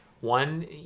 one